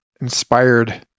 inspired